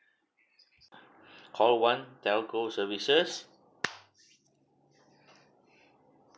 call one telco services